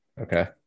Okay